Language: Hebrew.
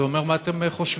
זה אומר מה אתם חושבים.